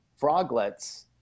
froglets